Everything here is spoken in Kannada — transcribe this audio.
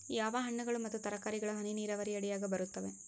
ಯಾವ ಹಣ್ಣುಗಳು ಮತ್ತು ತರಕಾರಿಗಳು ಹನಿ ನೇರಾವರಿ ಅಡಿಯಾಗ ಬರುತ್ತವೆ?